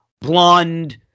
blonde